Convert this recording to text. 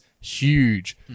huge